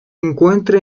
encuentra